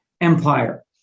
empire